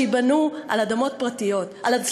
שייבנו על אדמות מדינה.